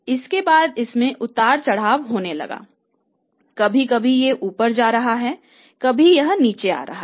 इसके बाद इसमें उतार चढ़ाव होने लगता है कभी कभी यह ऊपर जा रहा है कभी कभी यह नीचे आ रहा है